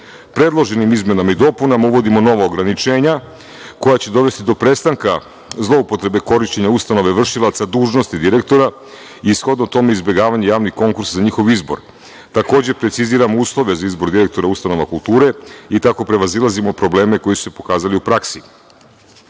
konkursima. Predloženim izmenama i dopunama uvodimo nova ograničenja koja će dovesti do prestanka zloupotrebe korišćenja ustanove vršilaca dužnosti direktora i shodno tome izbegavanje javnih konkursa za njihov izbor. Takođe, preciziramo uslove za izbor direktora ustanova kulture i tako prevazilazimo probleme koji su se pokazali u praksi. Još